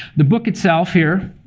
the book itself here,